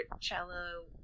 cello